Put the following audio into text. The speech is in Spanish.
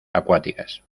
acuáticas